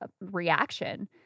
reaction